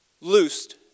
loosed